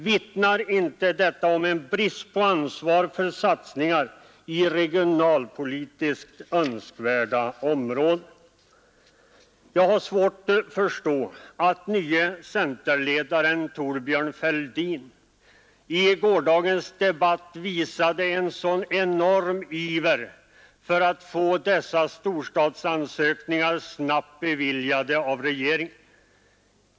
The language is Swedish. Vittnar inte detta om en brist på ansvar för satsningar i regionalpolitiskt önskvärda områden? Jag har svårt att förstå att nye centerledaren Thorbjörn Fälldin i gårdagens debatt visade en så enorm iver att få dessa storstadsansökningar snabbt beviljade av regeringen.